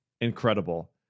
incredible